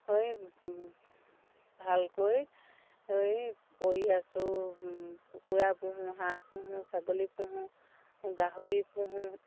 হয় ভালকৈ কৰি আছোঁ কুকুৰা পোহোঁ হাঁহ পোহোঁ ছাগলী পোহোঁ গাহৰি পোহোঁ